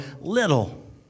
little